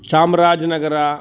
चामराजनगरम्